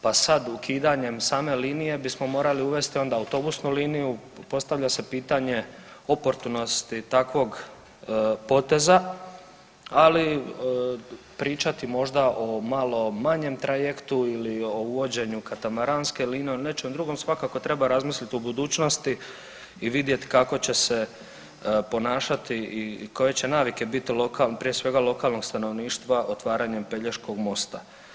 Pa sad ukidanjem same linije bismo morali onda uvesti autobusnu liniju, postavlja se pitanje oportunosti takvog poteza, ali pričati možda o malo manjem trajektu ili o uvođenju katamaranske linije ili nečem drugom svakako treba razmisliti u budućnosti i vidjet kako će se ponašati i koje će navike biti lokalnog, prije svega lokalnog stanovništva otvaranjem Pelješkog mosta.